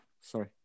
Sorry